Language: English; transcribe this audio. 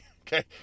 Okay